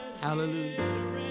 Hallelujah